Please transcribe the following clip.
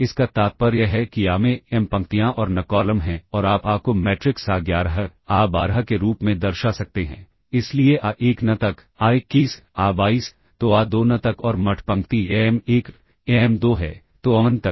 इसका तात्पर्य है कि A में m पंक्तियाँ और n कॉलम हैं और आप A को मैट्रिक्स a11 a12 के रूप में दर्शा सकते हैं इसलिए a1n तक a21 a22 तो a2n तक और mth पंक्ति am1 am2 है तो amn तक